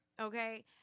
Okay